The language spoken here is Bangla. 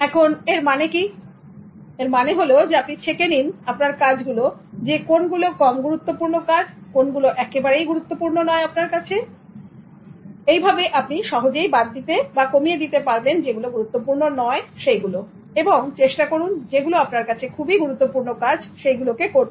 এখন এর মানে আপনি ছেঁকে নিন আপনার কাজগুলো যে কোন গুলো কম গুরুত্বপূর্ণ কাজ বা কোন গুলো একেবারেই গুরুত্বপূর্ণ নয় আপনার কাছে সেগুলো কে বাদ দিতে হবে বা কমিয়ে ফেলুন এবং চেষ্টা করুন যেগুলো আপনার কাছে খুবই গুরুত্বপূর্ণ কাজ সেইগুলোকে করতে